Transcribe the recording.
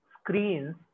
screens